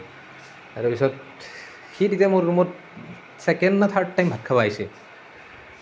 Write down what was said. তাৰপিছত সি তেতিয়া মোৰ ৰুমত ছেকেণ্ড নে থাৰ্ড টাইম ভাত খাব আহিছে